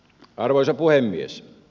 arvoisa puhemies